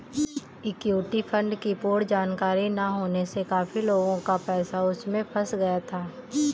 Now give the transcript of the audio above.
equity fund की पूर्ण जानकारी ना होने से काफी लोगों का पैसा उसमें फंस गया था